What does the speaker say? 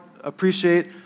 appreciate